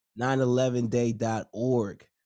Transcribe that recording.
911day.org